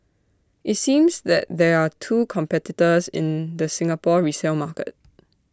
IT seems that there are two competitors in the Singapore resale market